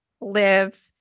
live